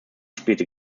spielte